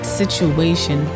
situation